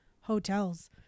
hotels